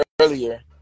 earlier